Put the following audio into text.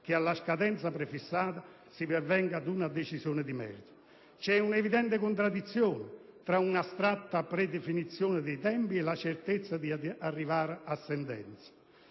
che alla scadenza prefissata si pervenga ad una decisione di merito. C'è un'evidente contraddizione tra un'astratta predefinizione dei tempi e la certezza di arrivare a sentenza,